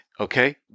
Okay